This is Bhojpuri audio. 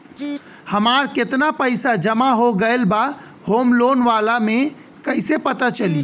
हमार केतना पईसा जमा हो गएल बा होम लोन वाला मे कइसे पता चली?